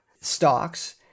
stocks